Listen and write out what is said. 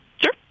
Sure